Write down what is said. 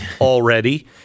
already